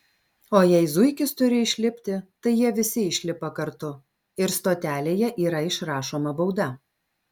o jei zuikis turi išlipti tai jie visi išlipa kartu ir stotelėje yra išrašoma bauda